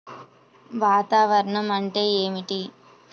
వాతావరణం అంటే ఏమిటి?